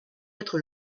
être